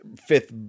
fifth